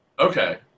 Okay